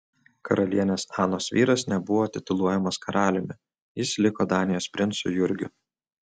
karalienės anos vyras nebuvo tituluojamas karaliumi jis liko danijos princu jurgiu